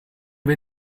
wir